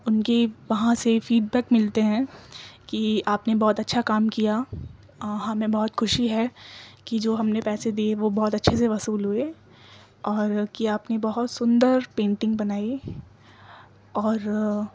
ان کے وہاں سے فیڈ بیک ملتے ہیں کہ آپ نے بہت اچھا کام کیا ہمیں بہت خوشی ہے کہ جو ہم نے پیسے دیئے وہ بہت اچھے سے وصول ہوئے اور کہ آپ نے بہت سندر پینٹنگ بنائی اور